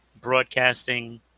Broadcasting